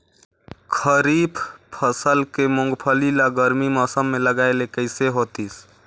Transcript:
खरीफ फसल के मुंगफली ला गरमी मौसम मे लगाय ले कइसे होतिस?